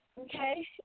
okay